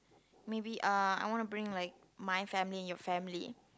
maybe uh I want to bring like my family and your family